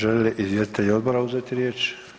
Želi li izvjestitelj odbora uzeti riječ?